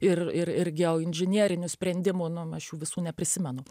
ir ir geoinžinierinių sprendimų nu aš jų visų neprisimenu